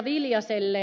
viljaselle